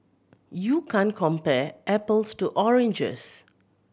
you can't compare apples to oranges